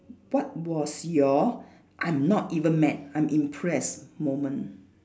what was your I'm not even mad I'm impressed moment